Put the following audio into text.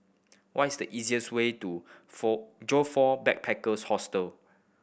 what is the easiest way to four Joyfor Backpackers' Hostel